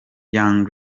young